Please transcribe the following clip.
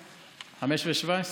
17:17?